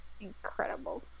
incredible